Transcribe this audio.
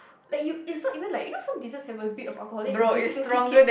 like you it's not even like you know some desserts have a bit of alcoholic if you still give kids